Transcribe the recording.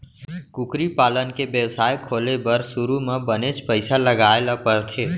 कुकरी पालन के बेवसाय खोले बर सुरू म बनेच पइसा लगाए ल परथे